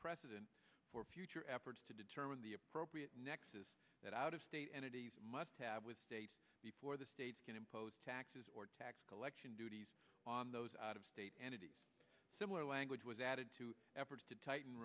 precedent for future efforts to determine the appropriate nexus that out of state and it must have with states before the states can impose taxes or tax collection duties on those out of state entities similar language was added to efforts to tighten